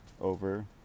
over